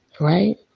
right